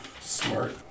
smart